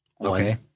Okay